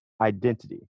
identity